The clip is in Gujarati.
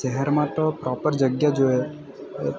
શહેરમાં તો પ્રોપર જગ્યા જોઈએ ત્યાં